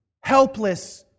helpless